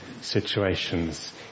situations